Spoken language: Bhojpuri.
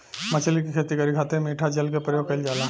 मछली के खेती करे खातिर मिठा जल के प्रयोग कईल जाला